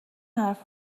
حرف